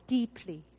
Deeply